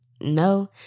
no